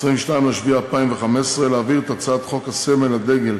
22 ביולי 2015, להעביר את הצעת חוק הסמל, הדגל